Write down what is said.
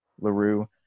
LaRue